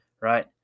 right